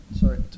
Sorry